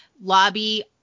lobby